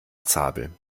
zabel